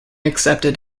accepted